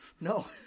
No